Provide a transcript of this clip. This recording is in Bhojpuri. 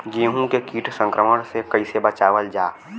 गेहूँ के कीट संक्रमण से कइसे बचावल जा?